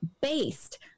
based